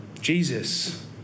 Jesus